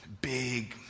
big